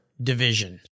division